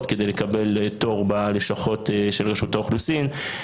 כדי לקבל תור בלשכות של רשות האוכלוסין,